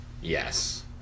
Yes